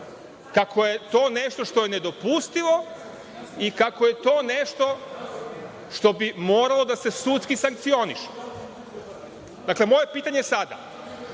kako je to nešto što je nedopustivo i kako je to nešto što bi moralo sudski da se sankcioniše. Dakle, moje pitanje sada,